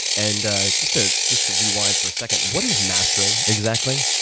and ah just ah just to rewind for a second, what is mastering, exactly?